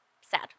sad